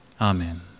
Amen